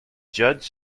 judge